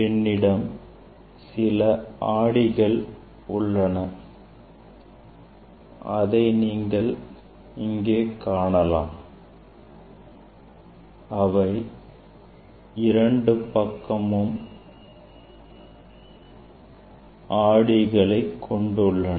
என்னிடம் சில ஆடிகள் உள்ளன அதை நீங்கள் காணலாம் இவை இரண்டு பக்கமும் ஆடிகளை கொண்டுள்ளன